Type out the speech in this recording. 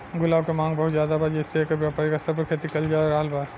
गुलाब के मांग बहुत ज्यादा बा जेइसे एकर व्यापारिक स्तर पर खेती कईल जा रहल बा